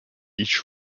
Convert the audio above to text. each